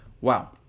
Wow